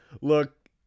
Look